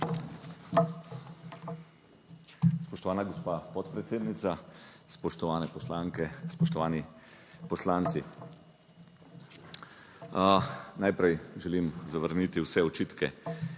Spoštovana gospa podpredsednica, spoštovane poslanke, spoštovani poslanci! Najprej želim zavrniti vse očitke,